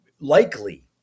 likely